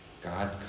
God